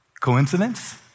Coincidence